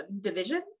division